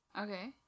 okay